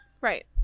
right